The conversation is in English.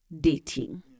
dating